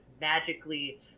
magically